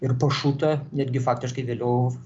ir pašuta netgi faktiškai vėliau